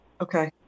Okay